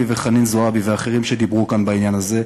וחנין זועבי ואחרים שדיברו כאן בעניין הזה,